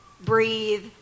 breathe